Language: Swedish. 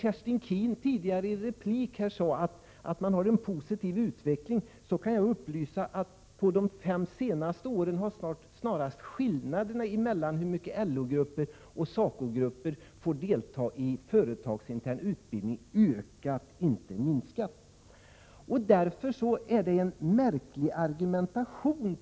Kerstin Keen sade tidigare i en replik att man har en positiv utveckling. Jag kan då upplysa om att under de fem senaste åren har skillnaderna emellan hur mycket LO-grupper och SACO-grupper får delta i företags internutbildning snarast ökat, inte minskat. Folkpartiet för här en märklig argumentation.